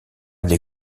des